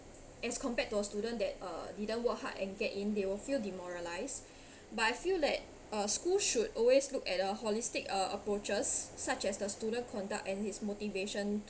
as compared to a student that uh didn't work hard and get in they will feel demoralised but I feel that uh schools should always look at uh holistic uh approaches such as the student conduct and his motivation